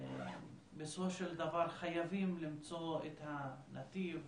בסופו של דבר חייבים למצוא את הנתיב,